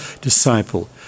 disciple